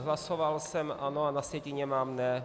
Hlasoval jsem ano, a na sjetině mám ne.